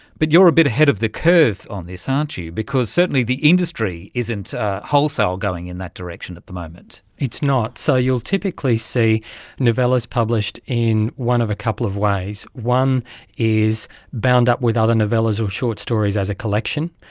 but you are a bit ahead of the curve on this, ah because certainly the industry isn't wholesale going in that direction at the moment. it's not. so you'll typically see novellas published in one of a couple of ways. one is bound up with other novellas or short stories as a collection.